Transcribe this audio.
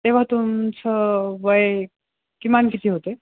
तेव्हा तुमचं वय किमान किती होते